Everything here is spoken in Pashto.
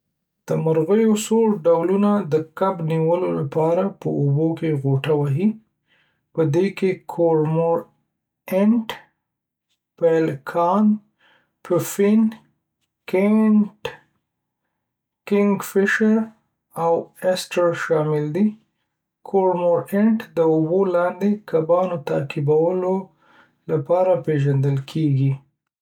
د مرغیو څو ډولونه د کب نیولو لپاره په اوبو کې غوټه وهي. پدې کې کورمورانټ، پیلیکان، پفین، ګینټ، کنگ فشیر او اویسټر شامل دي. کورمورانټ د اوبو لاندې کبانو تعقیبولو لپاره پیژندل کیږي